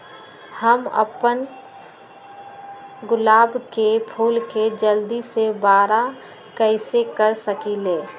हम अपना गुलाब के फूल के जल्दी से बारा कईसे कर सकिंले?